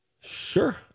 Sure